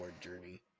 journey